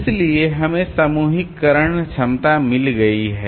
इसलिए हमें समूहीकरण क्षमता मिल गई है